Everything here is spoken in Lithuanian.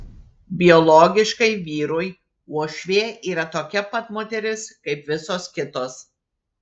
biologiškai vyrui uošvė yra tokia pat moteris kaip visos kitos